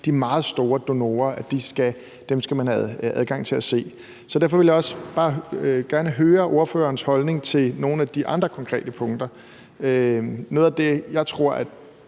de meget store donorer skal man have adgang til at se. Derfor vil jeg også bare gerne høre ordførerens holdning til nogle af de andre konkrete punkter. Noget af det, jeg tror